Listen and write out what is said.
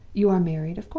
you are married,